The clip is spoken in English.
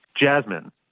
Jasmine